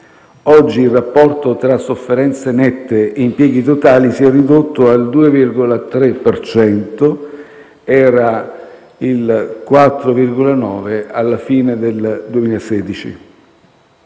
Oggi il rapporto tra sofferenze nette e impieghi totali si è ridotto al 2,3 per cento; era il 4,9 alla fine del 2016.